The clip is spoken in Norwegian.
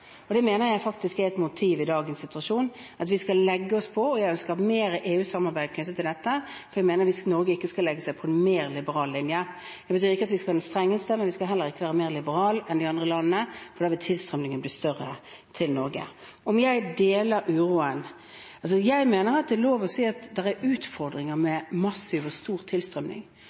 Det mener jeg faktisk er et motiv i dagens situasjon, og jeg ønsker å ha mer EU-samarbeid knyttet til dette. Jeg mener at Norge ikke skal legge seg på en mer liberal linje. Jeg sier ikke at vi skal være de strengeste, men vi skal heller ikke være mer liberale enn de andre landene, for da vil tilstrømningen til Norge bli større. Om jeg deler uroen? Jeg mener det er lov å si at det er utfordringer med en massiv og stor tilstrømning.